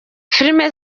filimi